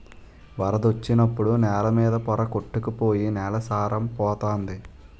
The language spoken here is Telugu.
వరదొచ్చినప్పుడు నేల మీద పోర కొట్టుకు పోయి నేల సారం పోతంది